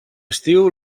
estiu